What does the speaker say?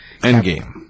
Endgame